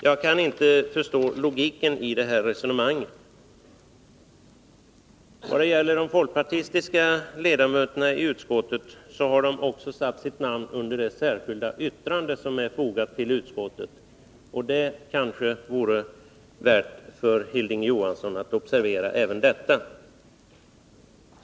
Jag kan inte förstå logiken i det resonemanget. De folkpartistiska ledamöterna i utskottet har vidare satt sina namn under det särskilda yttrande som är fogat till utskottets betänkande. Det kanske vore av värde för Hilding Johansson att observera även detta.